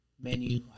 Menu